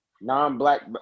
non-black